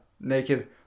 naked